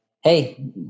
Hey